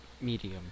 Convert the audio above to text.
Medium